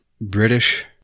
British